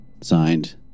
signed